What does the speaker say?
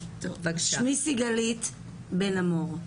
אני